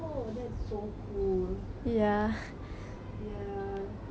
ya so you are actually trilingual is it now